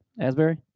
Asbury